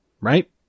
right